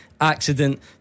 accident